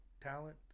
talent